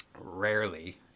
rarely